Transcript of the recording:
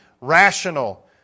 rational